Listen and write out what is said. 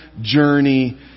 journey